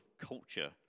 culture